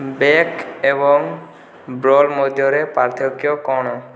bake ଏବଂ broil ମଧ୍ୟରେ ପାର୍ଥକ୍ୟ କ'ଣ